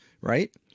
right